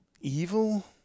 evil